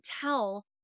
tell